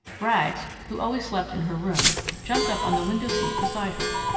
rags, who always slept in her room, jumped up on the window-seat beside her.